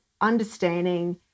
understanding